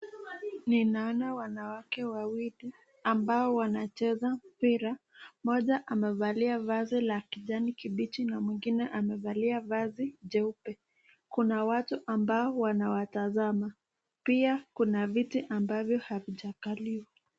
Ninaona wanawake wawili ambao wanacheza mpira. Moja amevalia vazi la kijani kibichi na mwengine amevalia vazi jeupe. Kuna watu ambao wanawatazama. Pia kuna viti ambavyo havijakaliwa.